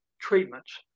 treatments